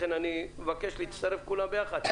לכן אני מבקש להצטרף כולם ביחד.